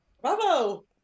Bravo